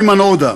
איימן עודה,